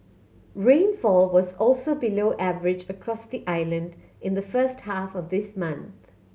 rainfall was also below average across the island in the first half of this month